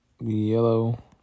yellow